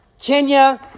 Kenya